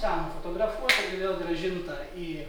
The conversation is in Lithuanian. ten nufotografuoti ir vėl grąžinta į